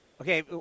Okay